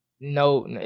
no